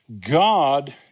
God